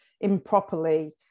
improperly